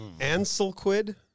Anselquid